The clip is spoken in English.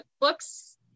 books